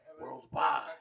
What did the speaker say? worldwide